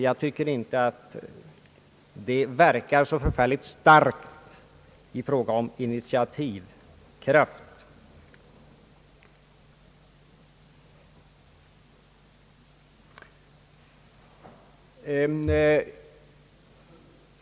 Jag tycker inte att det tyder på någon särskilt stark initiativkraft.